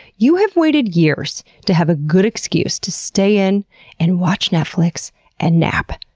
you have waited years to have a good excuse to stay in and watch netflix and nap.